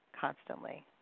constantly